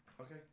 Okay